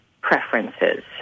preferences